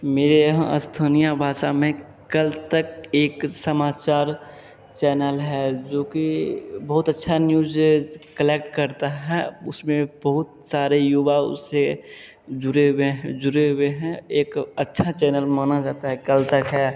मेरे यहाँ स्थानीय भाषा में कल तक एक समाचार चैनल है जो कि बहुत अच्छी न्यूज़ेज कलेक्ट करता है उसमें बहुत सारे युवा उससे जुड़े हुएँ हैं जुड़े हुए हैं एक अच्छा चैनल माना जाता है कल तक है